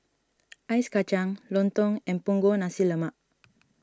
Ice Kacang Lontong and Punggol Nasi Lemak